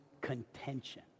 contention